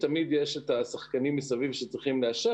תמיד יש את השחקנים מסביב שצריכים לאשר